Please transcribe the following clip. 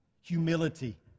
humility